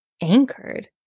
anchored